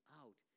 out